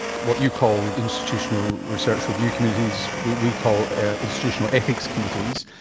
what you call institutional research review committees we we call institutional ethics committees,